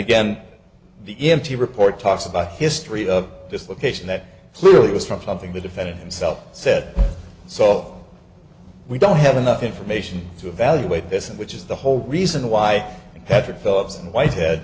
again the e m t report talks about history of dislocation that clearly was from something the defendant himself said saw we don't have enough information to evaluate this and which is the whole reason why patrick phillips and whitehead